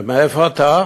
ומאיפה אתה?